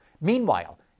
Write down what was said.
Meanwhile